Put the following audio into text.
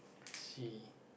see